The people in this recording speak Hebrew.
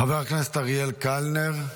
חבר הכנסת אריאל קלנר,